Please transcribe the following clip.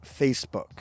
Facebook